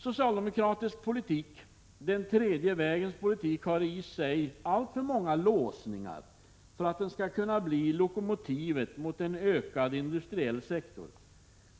Socialdemokratisk politik — den tredje vägens politik — har i sig alltför många ”låsningar” för att den skall kunna bli lokomotivet när det gäller en ökad industriell sektor.